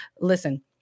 listen